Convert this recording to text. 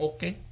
Okay